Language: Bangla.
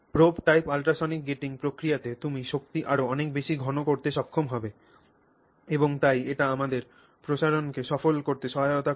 Probe type ultrasonic gating প্রক্রিয়াতে তুমি শক্তি আরও অনেক বেশি ঘন করতে সক্ষম হবে এবং তাই এটি আমাদের প্রসারণকে সফল করতে সহায়তা করে